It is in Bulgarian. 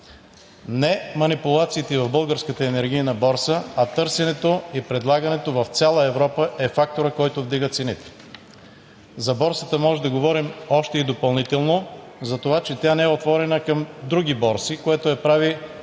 не манипулациите в Българската енергийна борса, а търсенето и предлагането в цяла Европа е факторът, който вдига цените. За Борсата можем да говорим още и допълнително за това, че тя не е отворена към други борси, което я прави